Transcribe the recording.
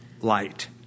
light